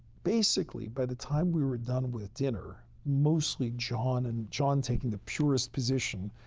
basically, by the time we were done with dinner, mostly john and john taking the purest position,